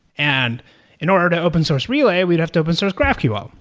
and in order to open source relay, we'd have to open source graphql.